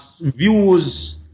views